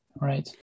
right